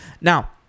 Now